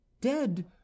dead